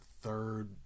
third